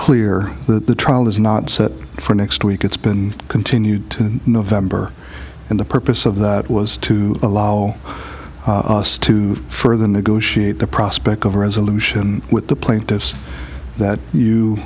clear that the trial is not set for next week it's been continued in november and the purpose of that was to allow us to further negotiate the prospect of a resolution with the plaintiffs that you